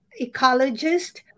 ecologist